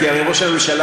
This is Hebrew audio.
כי הרי ראש הממשלה,